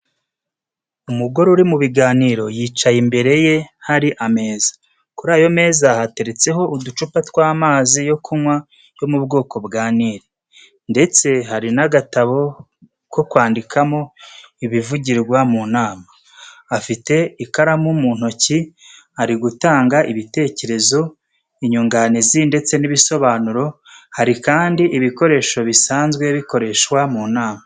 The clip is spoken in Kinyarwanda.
Umugore uri mu biganiro, yicaye imbere ye hari ameza. Kuri ayo meza hateretse ho uducupa tw’amazi yo kunywa yo mu bwoko bwa Nili, ndetse hari n’agatabo ko kwandikamo ibivugirwa mu nama. Afite ikaramu mu ntoki, ari gutanga ibitekerezo, inyunganizi ndetse n’ibisobanuro. Hari kandi ibikoresho bisanzwe bikoreshwa mu nama.